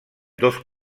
dos